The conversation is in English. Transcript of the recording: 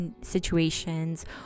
situations